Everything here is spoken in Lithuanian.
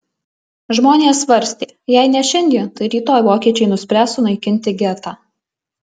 žmonės svarstė jei ne šiandien tai rytoj vokiečiai nuspręs sunaikinti getą